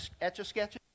etch-a-sketch